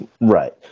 Right